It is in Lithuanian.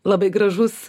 labai gražus